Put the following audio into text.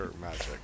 magic